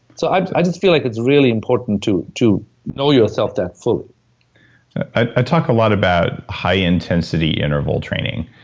so i i just feel like it's really important to to know yourself that fully i talk a lot about high intensity interval training,